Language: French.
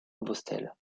compostelle